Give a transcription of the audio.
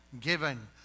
given